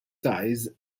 size